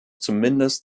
zumindest